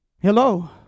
Hello